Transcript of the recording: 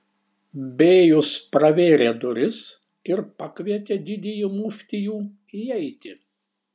bėjus pravėrė duris ir pakvietė didįjį muftijų įeiti